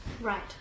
Right